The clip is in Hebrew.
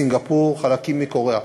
סינגפור, חלקים מקוריאה.